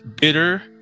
bitter